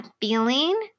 feeling